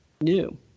new